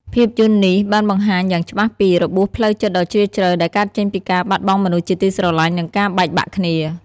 ភាពយន្តនេះបានបង្ហាញយ៉ាងច្បាស់ពី របួសផ្លូវចិត្តដ៏ជ្រាលជ្រៅ ដែលកើតចេញពីការបាត់បង់មនុស្សជាទីស្រឡាញ់ និងការបែកបាក់គ្នា